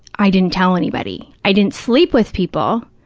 i didn't tell anybody. i didn't sleep with people,